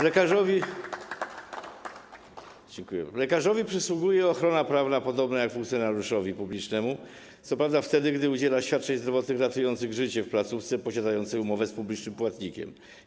Lekarzowi przysługuje ochrona prawna podobna jak funkcjonariuszowi publicznemu, co prawda wtedy, gdy udziela świadczeń zdrowotnych ratujących życie w placówce posiadającej umowę z publicznym płatnikiem.